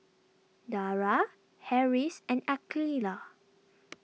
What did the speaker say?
Dara Harris and Aqilah